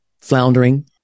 floundering